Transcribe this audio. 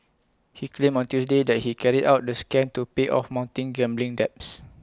he claimed on Tuesday that he carried out the scam to pay off mounting gambling debts